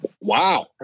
Wow